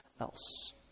else